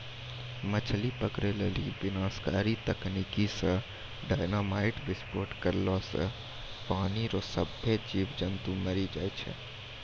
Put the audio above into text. मछली पकड़ै लेली विनाशकारी तकनीकी से डेनामाईट विस्फोट करला से पानी रो सभ्भे जीब जन्तु मरी जाय छै